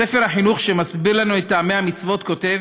בספר החינוך, שמסביר לנו את טעמי המצוות, כתוב